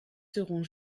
seront